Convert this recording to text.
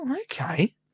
Okay